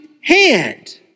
hand